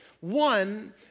One